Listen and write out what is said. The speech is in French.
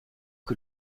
que